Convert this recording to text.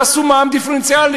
תעשו מע"מ דיפרנציאלי.